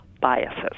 biases